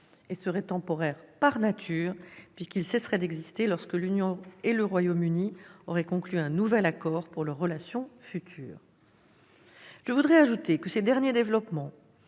et serait temporaire par nature, puisqu'il cesserait d'exister lorsque l'Union et le Royaume-Uni auraient conclu un nouvel accord pour leurs relations futures. Je veux ajouter que ces derniers développements,